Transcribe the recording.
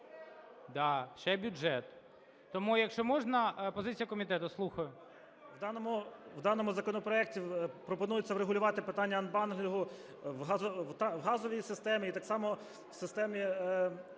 Да, ще бюджет. Тому, якщо можна, позиція комітету. Слухаю. 18:05:08 ГЕРУС А.М. В даному законопроекті пропонується врегулювати питання анбандлінгу в газовій системі і так само в системі